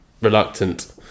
reluctant